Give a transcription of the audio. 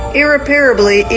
irreparably